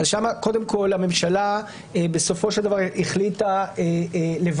שם קודם כול הממשלה בסופו של דבר החליטה לוותר